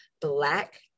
Black